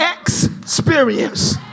experience